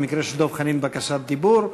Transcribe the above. במקרה של דב חנין זו בקשת דיבור.